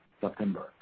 September